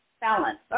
Balance